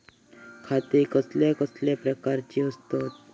खाते कसल्या कसल्या प्रकारची असतत?